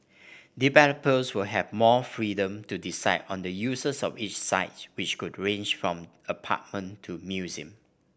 developers will have more freedom to decide on the uses of each site which could range from apartment to museum